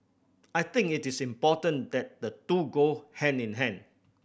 I think it is important that the two go hand in hand